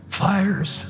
fires